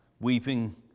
weeping